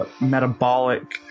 metabolic